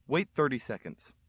wait thirty seconds,